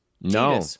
No